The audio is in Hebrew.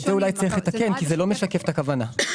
אולי צריך לתקן כי זה לא משקף את הכוונה.